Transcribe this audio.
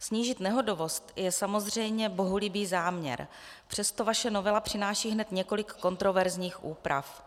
Snížit nehodovost je samozřejmě bohulibý záměr, přesto vaše novela přináší hned několik kontroverzních úprav.